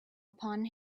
upon